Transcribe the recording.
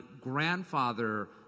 grandfather